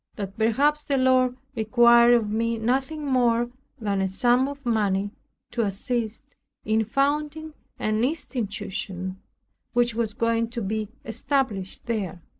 that perhaps the lord required of me nothing more than a sum of money to assist in founding an institution which was going to be established there.